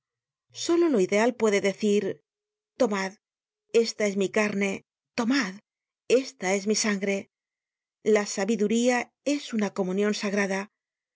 solo lo ideal puede decir tomad esta es mi carne tornad esta es mi sangre la sabiduría es una comunion sagrada